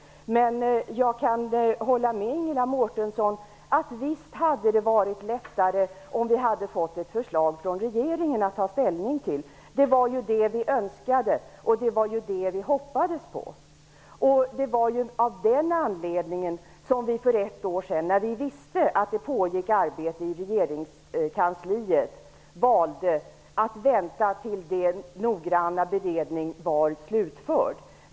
Jag kan hålla med Ingela Mårtensson om att det hade varit lättare om vi hade fått ett förslag från regeringen att ta ställning till. Det var det vi önskade och hoppades på. Det var av den anledningen som vi för ett år sedan valde att vänta tills den noggranna beredningen var slutförd. Vi visste ju att det pågick ett arbete i regeringskansliet.